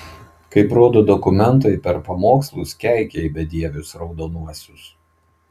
kaip rodo dokumentai per pamokslus keikei bedievius raudonuosius